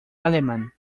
alemán